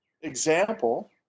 example